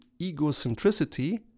egocentricity